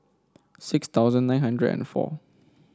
six thousand nine hundred and four